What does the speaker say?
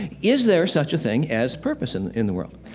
is there such a thing as purpose in in the world?